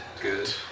Good